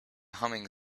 humming